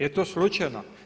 Jel to slučajno?